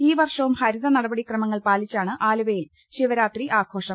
ഈവർഷവും ഹരിത നടപടി ക്രമങ്ങൾ പാലിച്ചാണ് ആലു വയിൽ ശി്പരാത്രി ആഘോഷം